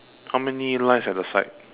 how many lines at the side